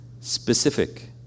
specific